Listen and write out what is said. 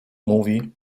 mówi